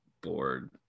bored